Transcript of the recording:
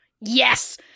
Yes